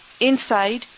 inside